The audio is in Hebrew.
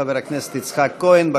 חבר הכנסת יצחק כהן.